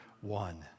one